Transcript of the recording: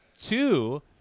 Two